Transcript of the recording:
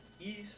east